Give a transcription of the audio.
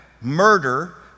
Murder